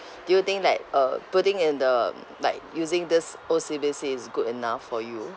do you think like uh putting in the like using this O_C_B_C is good enough for you